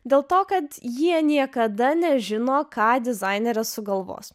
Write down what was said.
dėl to kad jie niekada nežino ką dizainerė sugalvos